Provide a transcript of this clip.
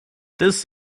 this